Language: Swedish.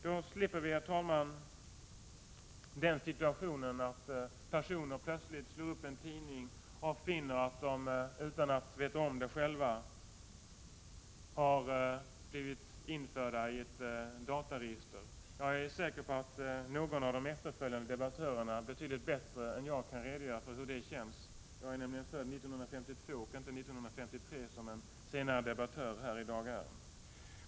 Då slipper vi, herr talman, situationen att personer plötsligt slår upp en tidning och finner att de utan att veta om det själva har blivit införda i ett dataregister. Jag är säker på att någon av de efterföljande debattörerna betydligt bättre än jag kan redogöra för hur det känns. Jag är nämligen född 1952 och inte 1953, vilket en senare debattör här i dag är.